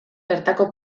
bertako